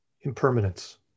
impermanence